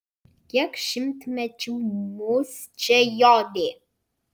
kiek šimtmečių mus čia jodė